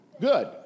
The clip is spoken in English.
good